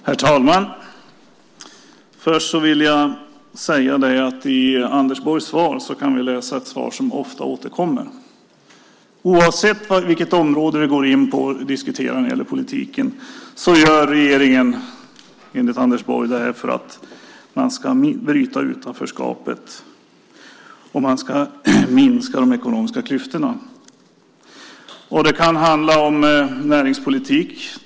Herr talman! Först vill jag säga att vi i Anders Borgs svar kan läsa något som ofta återkommer. Oavsett vilket område vi går in på och diskuterar när det gäller politiken gör regeringen enligt Anders Borg det man gör för att man ska bryta utanförskapet och minska de ekonomiska klyftorna. Det kan handla om näringspolitik.